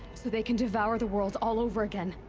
so they can devour the world all over again!